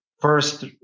first